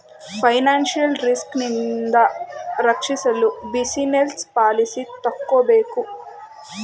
financial risk ನಿಂದ ರಕ್ಷಿಸಲು business policy ತಕ್ಕೋಬೇಕು